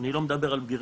אני לא מדבר על בגירים,